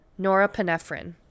norepinephrine